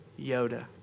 Yoda